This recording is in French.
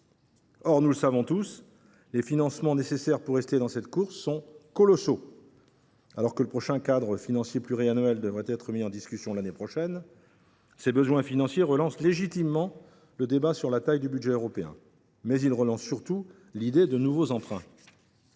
Or, nous le savons tous, les financements nécessaires pour rester dans cette course sont colossaux. Alors que le prochain cadre financier pluriannuel devrait être mis en discussion l’année prochaine, ces besoins financiers relancent légitimement le débat sur la taille du budget européen. Mais ils relancent surtout l’idée de nouveaux emprunts